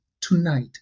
tonight